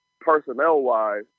personnel-wise